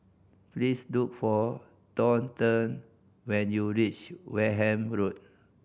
please look for Thornton when you reach Wareham Road